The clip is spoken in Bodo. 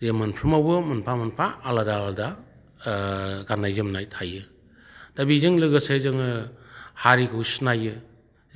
बे मोनफ्रोमावबो मोनफा मोनफा आलादा आलादा गान्नाय जोमनाय थायो दा बेजों लोगोसे जोंङो हारिखौ सिनायो